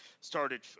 started